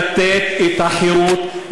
לתת את החירות,